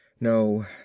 No